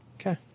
Okay